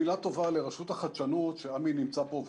מילה טובה לרשות החדשנות שעמי נמצא פה,